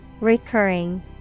Recurring